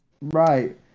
Right